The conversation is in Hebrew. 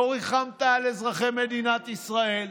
לא ריחמת על אזרחי מדינת ישראל.